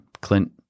clint